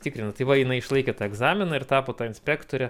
tikrina tai va jinai išlaikė tą egzaminą ir tapo ta inspektore